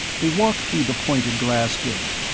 they walked through the pointed glass gate,